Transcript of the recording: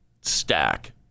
stack